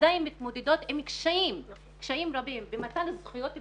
עדיין הן מתמודדות עם קשיים רבים במתן זכויות בסיסיות.